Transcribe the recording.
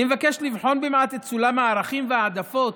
אני מבקש לבחון מעט את סולם הערכים וההעדפות